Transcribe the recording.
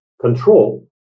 control